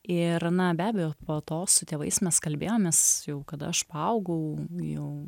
ir na be abejo po to su tėvais mes kalbėjomės jau kada aš paaugau jau